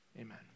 Amen